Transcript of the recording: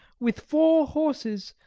with four horses,